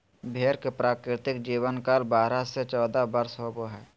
भेड़ के प्राकृतिक जीवन काल बारह से चौदह वर्ष होबो हइ